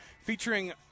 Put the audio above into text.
featuring